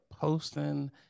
posting